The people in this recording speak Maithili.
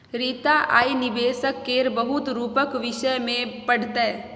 रीता आय निबेशक केर बहुत रुपक विषय मे पढ़तै